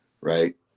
right